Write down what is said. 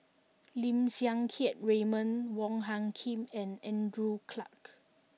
Lim Siang Keat Raymond Wong Hung Khim and Andrew Clarke